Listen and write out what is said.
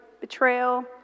betrayal